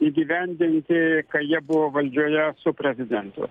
įgyvendinti kai jie buvo valdžioje su prezidentu